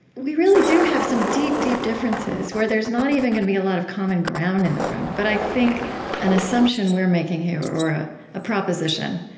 we really do have some deep, deep differences, where there's not even going to be a lot of common ground in the room but i think an assumption we're making here, or ah a proposition,